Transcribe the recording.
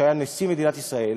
שהיה נשיא מדינת ישראל,